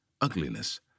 ugliness